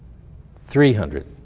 three hundred,